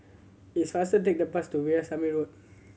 it's faster take the bus to Veerasamy Road